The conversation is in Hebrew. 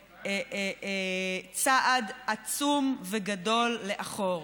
ובצעד עצום וגדול לאחור.